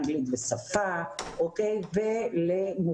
אנגלית ושפה ולמורחבים,